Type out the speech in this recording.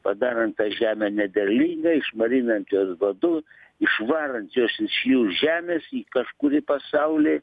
padarant tą žemę nederlingą išmarinant juos badu išvarant juos iš jų žemės į kažkur į pasaulį